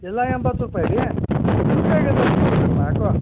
ಎಲ್ಲ ಎಂಬತ್ತು ರೂಪಾಯಿ ರೀ ತುಟ್ಟಿ ಆಗ್ಯದೆ ಅನಿಸ್ತದಪ್ಪ ಯಾಕೋ